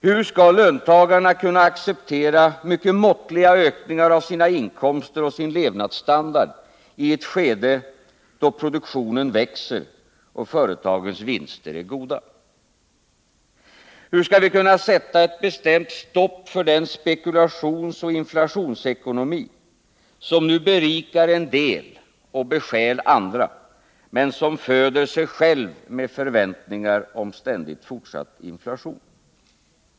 Hur skall löntagarna kunna acceptera mycket måttliga höjningar av sina inkomster och sin levnadsstandard i ett skede då produktionen växer och företagens vinster är goda? Hur skall vi kunna sätta ett bestämt stopp för den spekulationsoch inflationsekonomi som nu berikar en del och bestjäl andra, men som föder sig själv med förväntningar om ständigt fortsatt inflation?